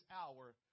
hour